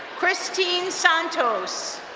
christine santos.